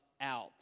out